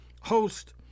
Host